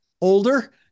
older